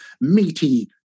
meaty